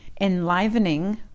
Enlivening